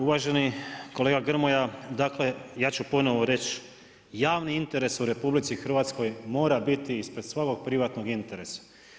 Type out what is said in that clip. Uvaženi kolega Grmoja, dakle ja ću ponovno reći, javni interes u RH mora biti ispred svog ovog privatnog interesa.